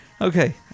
Okay